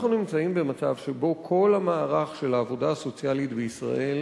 אנחנו נמצאים במצב שבו כל המערך של העבודה הסוציאלית בישראל,